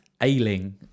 Ailing